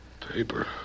Paper